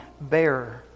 bearer